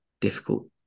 difficult